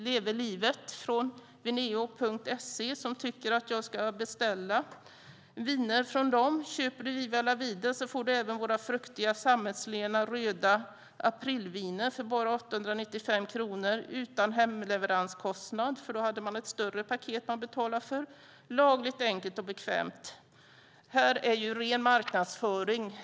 Leve livet från Vineo.se som tycker att jag ska beställa viner från dem: Köper du Viva la vida får du även våra fruktiga, sammetslena röda aprilviner för bara 895 kronor utan hemleveranskostnad. Då hade de ett större paket som man betalade för. Lagligt, enkelt och bekvämt. Det här är ren marknadsföring.